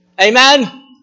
Amen